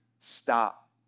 stop